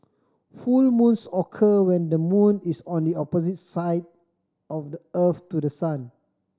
full moons occur when the moon is on the opposite side of the earth to the sun